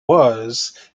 was